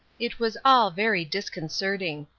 it was all very disconcerting.